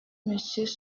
messieurs